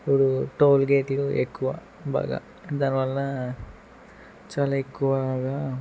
ఇప్పుడు టోల్గేట్లు ఎక్కువ బాగా దానివలన చాలా ఎక్కువగా